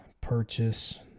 purchase